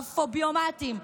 הפוביומטים,